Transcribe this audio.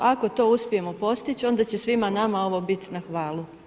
Ako to uspijemo postići, onda će svima nama ovo biti na hvalu.